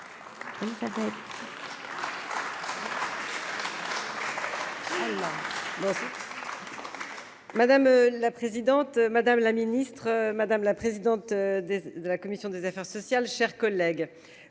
Madame la présidente, madame la ministre, madame la présidente de la commission des affaires sociales, chers collègues,